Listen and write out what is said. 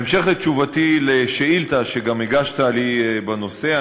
בהמשך לתשובתי על השאילתה שגם הגשת לי בנושא,